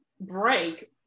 break